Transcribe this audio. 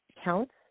counts